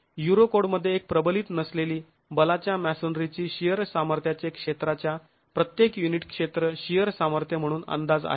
युरोकोडमध्ये एक प्रबलीत नसलेली बलाच्या मॅसोनरीच्या शिअर सामर्थ्याचे क्षेत्राच्या प्रत्येक युनिट क्षेत्र शिअर सामर्थ्य म्हणून अंदाज आहे